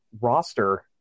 roster